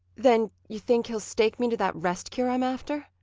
then you think's he'll stake me to that rest cure i'm after?